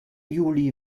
juli